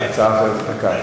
אחרי שאני אעלה אתה תעלה.